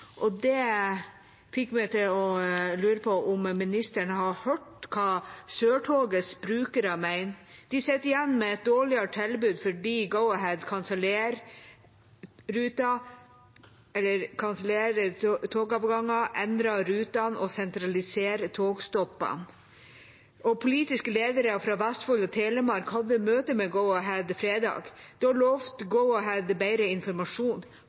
Det fikk meg til å lure på om ministeren har hørt hva Sørtogets brukere mener. De sitter igjen med et dårligere tilbud fordi Go-Ahead kansellerer togavganger, endrer rutene og sentraliserer togstoppene. Politiske ledere fra Vestfold og Telemark hadde møte med Go-Ahead på fredag, og da lovte Go-Ahead bedre informasjon.